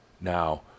now